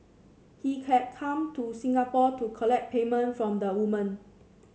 he had come to Singapore to collect payment from the woman